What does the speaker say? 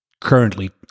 Currently